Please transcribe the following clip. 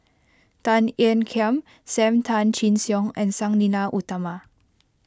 Tan Ean Kiam Sam Tan Chin Siong and Sang Nila Utama